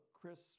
chris